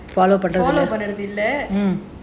பண்றது இல்ல:pandrathu illa